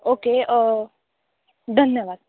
okay धन्यवाद